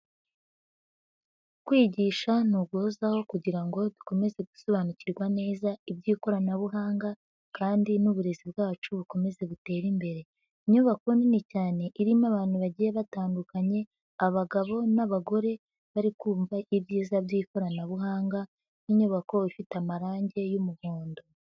Kwigisha ni uguhozaho kugira ngo dukomeze gusobanukirwa neza iby'ikoranabuhanga kandi n'uburezi bwacu bukomeze butere imbere, inyubako nini cyane irimo abantu bagiye batandukanye, abagabo n'abagore bari kumva ibyiza by'ikoranabuhanga, ni inyubako ifite amarange y'umuhondo.